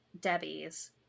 Debbie's